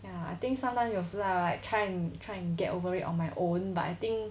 ya I think sometimes 有时 ah I try and try and get over it on my own but I think